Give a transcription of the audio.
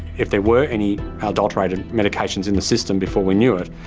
if there were any ah adulterated medications in the system before we knew it,